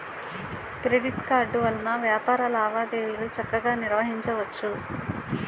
credit card వలన వ్యాపార లావాదేవీలు చక్కగా నిర్వహించవచ్చు